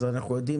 אז אנחנו יודעים